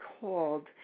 called